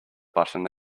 button